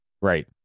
Right